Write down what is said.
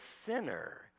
sinner